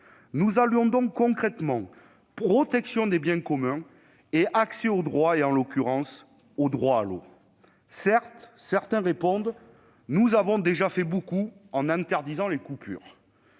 Nous allions donc concrètement protection des biens communs et accès aux droits, en l'occurrence, au droit à l'eau. Certains nous répondent que nous avons déjà fait beaucoup en interdisant les coupures.